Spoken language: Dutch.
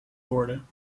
worden